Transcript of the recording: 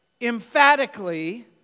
emphatically